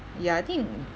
ya I think